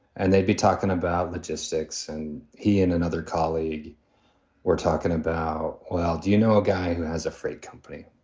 and they'd be talking about logistics. and he and another colleague we're talking about, well, do you know a guy who has a freight company,